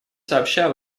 сообща